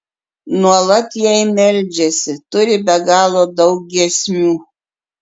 nuolat jai meldžiasi turi be galo daug giesmių